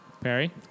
Perry